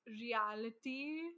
reality